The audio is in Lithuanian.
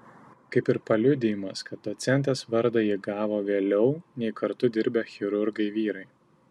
kaip ir paliudijimas kad docentės vardą ji gavo vėliau nei kartu dirbę chirurgai vyrai